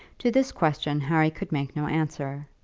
to this question harry could make no answer.